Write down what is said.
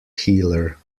healer